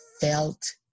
felt